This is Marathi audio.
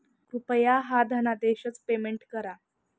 कृपया ह्या धनादेशच पेमेंट करा